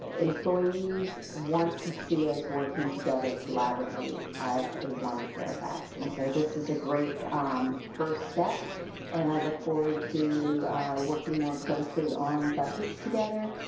employees want to see us working together collaboratively as a one fairfax. and so this is a great first step and i look forward to working more closely on budgets together.